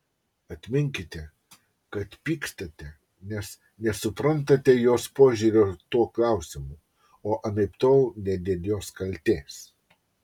atminkite kad pykstate nes nesuprantate jos požiūrio tuo klausimu o anaiptol ne dėl jos kaltės